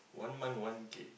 one month one K